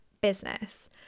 business